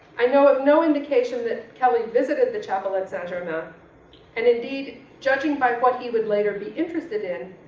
i know of no indication that kelly visited the chapel in saint-germain ah and indeed judging by what he would later be interested in,